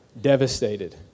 devastated